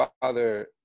father